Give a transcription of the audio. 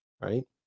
Right